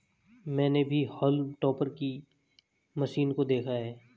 मैंने भी हॉल्म टॉपर की मशीन को देखा है